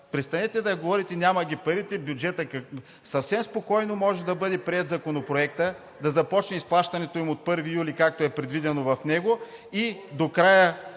престанете да говорите: няма ги парите, бюджетът... Съвсем спокойно може да бъде приет Законопроектът, да започне изплащането им от 1 юли, както е предвидено в него, и до края